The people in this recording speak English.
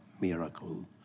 miracle